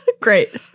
Great